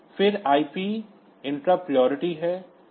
फिर IP रुकावट प्राथमिकता है